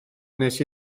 wnes